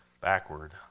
backward